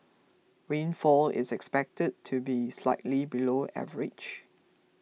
rainfall is expected to be slightly below average